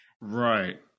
Right